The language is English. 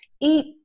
Eat